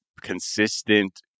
consistent